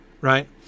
right